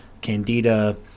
candida